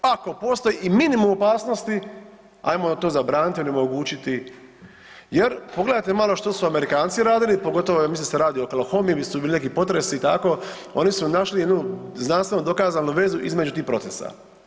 Ako postoji i minimum opasnosti, ajmo to zabraniti ili onemogućiti jer pogledajte malo što se u Amerikanci radili, pogotovo ja mislim da se radi o Oklahomi di su bili neki potresi i tako, oni su našli jednu znanstveno dokazanu vezu između tih procesa.